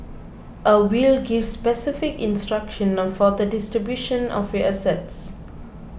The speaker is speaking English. a will gives specific instructions for the distribution of your assets